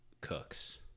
Cooks